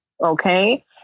okay